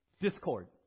Discord